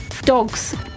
dogs